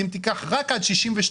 אם תיקח רק עד 62,